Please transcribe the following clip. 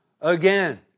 again